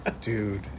dude